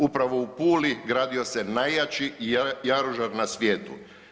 Upravo u Puli gradio se najjači jaružar na svijetu.